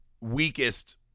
weakest